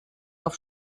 auf